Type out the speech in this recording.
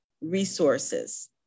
resources